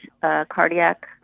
cardiac